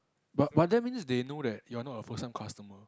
but but that means they know that you are not a first time customer